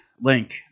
link